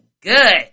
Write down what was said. good